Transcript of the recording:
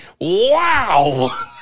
Wow